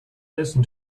listen